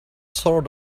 sort